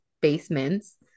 basements